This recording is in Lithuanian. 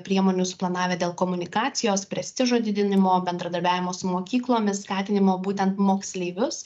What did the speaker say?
priemonių suplanavę dėl komunikacijos prestižo didinimo bendradarbiavimo su mokyklomis skatinimo būtent moksleivius